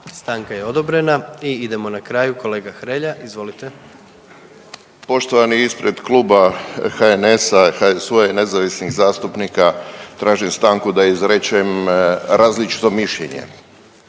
Stanka je odobrena. I idemo na kraju, kolega Hrelja, izvolite. **Hrelja, Silvano (HSU)** Poštovani, ispred Kluba HNS-a, HSU-a i nezavisnih zastupnika tražim stanku da izrečem različito mišljenje.